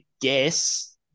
guess